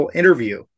interview